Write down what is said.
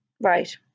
Right